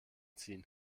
ziehen